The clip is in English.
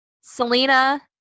selena